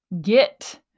get